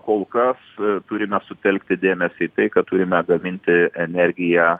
kol kas turime sutelkti dėmesį į tai kad turime gaminti energiją